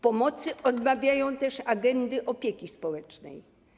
Pomocy odmawiają też agendy opieki społecznej.